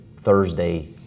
Thursday